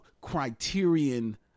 criterion